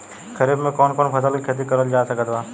खरीफ मे कौन कौन फसल के खेती करल जा सकत बा?